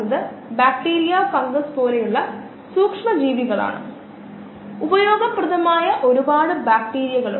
അതിനാൽ ഈ രണ്ട് സാഹചര്യങ്ങളിലും സമീപനം കണക്ക് മൊത്തത്തിലുള്ള കണക്കുകൂട്ടലുകൾ എന്നിവ പരിശോധിക്കുന്നത് നല്ലതാണെന്ന് ഞാൻ കരുതുന്നു